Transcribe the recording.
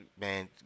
man